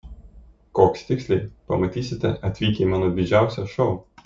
koks tiksliai pamatysite atvykę į mano didžiausią šou